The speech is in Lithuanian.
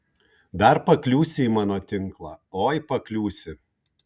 dar pakliūsi į mano tinklą oi pakliūsi